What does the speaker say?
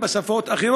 שמוליכה הסכם